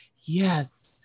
yes